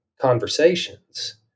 conversations